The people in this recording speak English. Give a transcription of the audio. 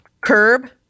Curb